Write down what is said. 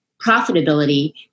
profitability